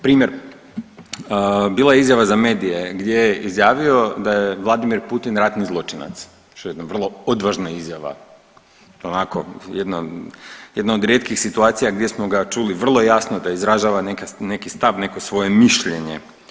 Primjer, bila je izjava za medije gdje je izjavio da je Vladimir Putim ratni zločinac, što je jedna vrlo odvažna izjava onako jedna, jedna od rijetkih situacija gdje smo ga čuli vrlo jasno da izražava neki stav, neko svoje mišljenje.